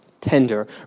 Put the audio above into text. tender